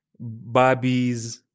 Barbies